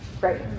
right